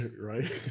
right